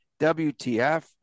WTF